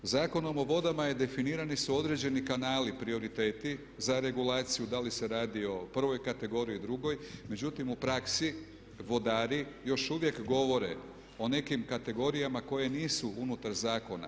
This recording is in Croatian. Zakonom o vodama definirani su određeni kanali, prioriteti za regulaciju, da li se radi o prvoj kategoriji, drugoj, međutim u praksi vodari još uvijek govore o nekim kategorijama koje nisu unutar zakona.